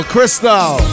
Crystal